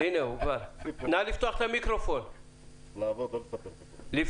הן לצרכנים והן למסגרת החקיקה שבה נקבע שאנחנו